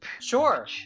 sure